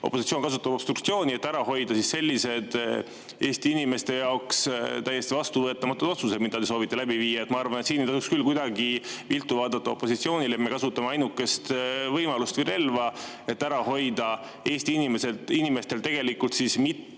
opositsioon kasutab obstruktsiooni, et ära hoida sellised Eesti inimeste jaoks täiesti vastuvõetamatud otsused, mida te soovite läbi viia. Ma arvan, et siin ei tohiks küll kuidagi viltu vaadata opositsioonile. Me kasutame ainukest võimalust või relva, et ära hoida otsuseid, milleks ei ole